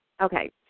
Okay